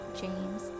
James